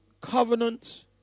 covenant